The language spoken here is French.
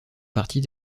partie